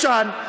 ישן,